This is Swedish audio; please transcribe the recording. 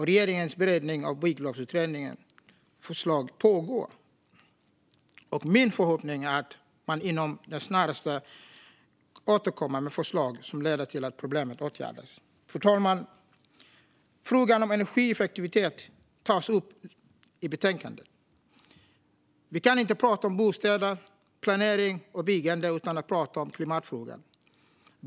Regeringens beredning av Byggrättsutredningens förslag pågår, och min förhoppning är att man snarast återkommer med förslag som leder till att problemet åtgärdas. Fru talman! Frågan om energieffektivitet tas upp i betänkandet. Vi kan inte prata om bostäder, planering och byggande utan att prata om klimatfrågan.